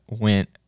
went